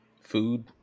Food